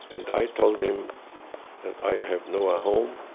and i told him that i have no a home,